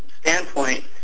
standpoint